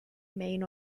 main